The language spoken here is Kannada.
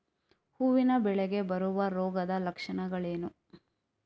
ಹೂವಿನ ಬೆಳೆಗೆ ಬರುವ ರೋಗದ ಲಕ್ಷಣಗಳೇನು?